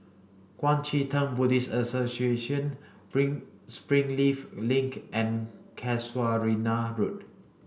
Kuang Chee Tng Buddhist Association Bring Springleaf Link and Casuarina Road